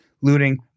looting